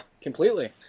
completely